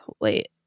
wait